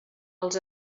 els